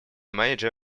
major